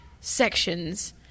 sections